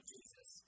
Jesus